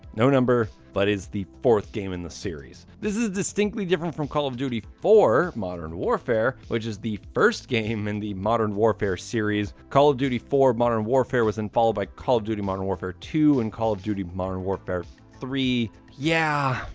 no number, but it's the fourth game in the series. this is distinctly different from call of duty four modern warfare, which is the first game in the modern warfare series call of duty four modern warfare was then followed by call of duty modern warfare two and call of duty modern warfare three. yeah,